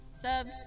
subs